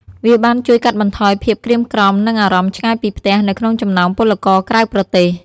វាបានជួយកាត់បន្ថយភាពក្រៀមក្រំ និងអារម្មណ៍ឆ្ងាយពីផ្ទះនៅក្នុងចំណោមពលករក្រៅប្រទេស។